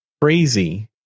crazy